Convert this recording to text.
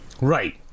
right